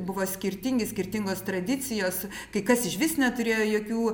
buvo skirtingi skirtingos tradicijos kai kas išvis neturėjo jokių